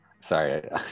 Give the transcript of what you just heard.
Sorry